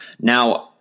now